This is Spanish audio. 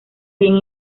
bien